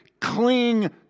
cling